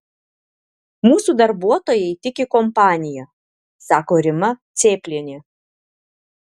mūsų darbuotojai tiki kompanija sako rima cėplienė